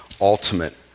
ultimate